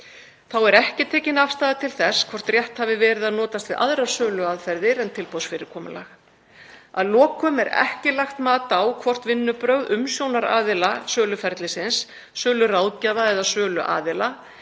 Þá er ekki tekin afstaða til þess hvort rétt hafi verið að notast við aðrar söluaðferðir en tilboðsfyrirkomulag. Að lokum er ekki lagt mat á hvort vinnubrögð umsjónaraðila söluferlisins, söluráðgjafa eða söluaðila